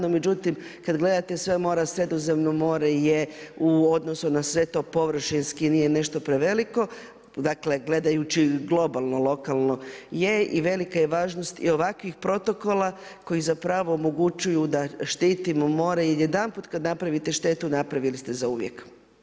No međutim, kada gledate sva mora, Sredozemno more je u odnosu na sve to površinski nije nešto preveliko, dakle gledajući globalno lokalno je i velika je važnosti ovakvih protokola koji omogućuju da štitimo more jel jedanput kada napravite štetu, napravili ste zauvijek.